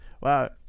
Wow